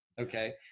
okay